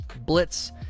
Blitz